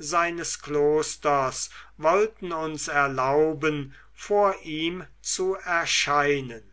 seines klosters wollten uns erlauben vor ihm zu erscheinen